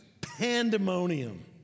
pandemonium